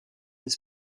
des